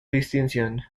distinción